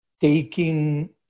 taking